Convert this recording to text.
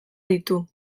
ditu